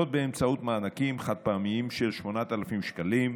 באמצעות מענקים חד-פעמיים של 8,000 שקלים.